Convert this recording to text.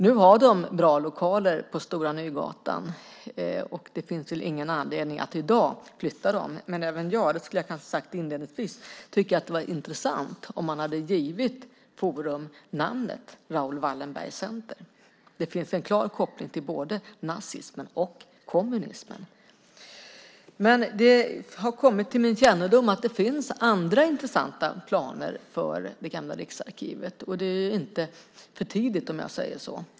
Nu har de bra lokaler på Stora Nygatan, och det finns väl ingen anledning att i dag flytta dem, men även jag - det kanske jag skulle ha sagt inledningsvis - tycker att det hade varit intressant om man hade gett Forum namnet Raoul Wallenbergs Center. Det finns en klar koppling till både nazismen och kommunismen. Men det har kommit till min kännedom att det finns andra intressanta planer för Gamla riksarkivet. Det är inte för tidigt, om jag säger så.